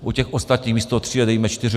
U ostatních místo tři dejme čtyři.